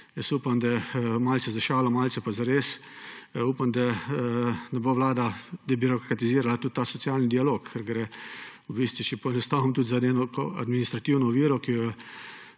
upam, da – malce za šalo, malce pa zares – ne bo vlada debirokratizirala tudi tega socialnega dialoga, ker gre v bistvu, če poenostavim, tudi za neko administrativno oviro, ki jo